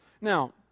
Now